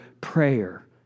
prayer